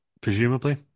presumably